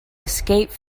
escape